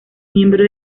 miembro